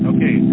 Okay